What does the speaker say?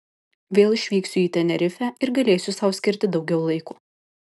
vėl išvyksiu į tenerifę ir galėsiu sau skirti daugiau laiko